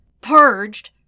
Purged